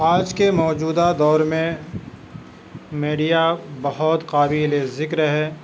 آج کے موجودہ دور میں میڈیا بہت قابلِ ذکر ہے